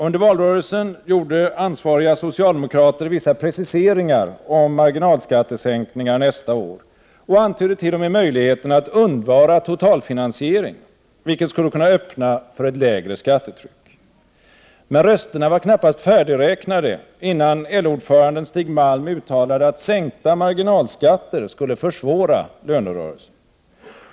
Under valrörelsen gjorde ansvariga socialdemokrater vissa preciseringar om margi nalskattesänkningar nästa år och antydde t.o.m. möjligheten att undvara totalfinansiering, vilket skulle kunna öppna för ett lägre skattetryck. Men rösterna var knappt färdigräknade, förrän LO-ordföranden Stig Malm uttalade att sänkta marginalskatter skulle försvåra lönerörelsen.